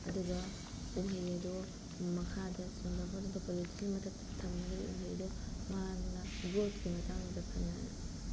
ꯑꯗꯨꯒ ꯎꯍꯩ ꯑꯗꯨ ꯃꯈꯥꯗ ꯁꯟꯗꯣꯔꯛꯄꯗꯨꯗ ꯄꯣꯂꯤꯊꯤꯟ ꯃꯊꯛꯇ ꯊꯝꯃꯒꯗꯤ ꯎꯍꯩꯗꯣ ꯃꯥꯅ ꯒ꯭ꯔꯣꯠꯀꯤ ꯃꯇꯥꯡꯗ ꯐꯅ